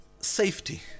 safety